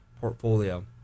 portfolio